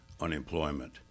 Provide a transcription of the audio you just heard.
unemployment